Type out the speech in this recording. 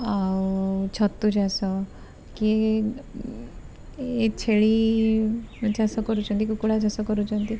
ଆଉ ଛତୁ ଚାଷ କି ଏ ଛେଳି ଚାଷ କରୁଛନ୍ତି କୁକୁଡ଼ା ଚାଷ କରୁଛନ୍ତି